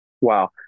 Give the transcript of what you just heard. Wow